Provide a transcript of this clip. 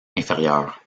inférieur